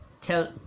tell